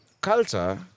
culture